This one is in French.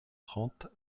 trente